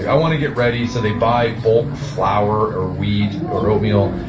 i want to get ready. so they buy bulk flour or wheat or oatmeal.